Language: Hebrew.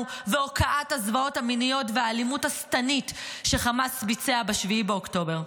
והוקעת הזוועות המיניות והאלימות השטנית שחמאס ביצע ב-7 באוקטובר.